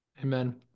Amen